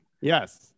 Yes